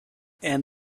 and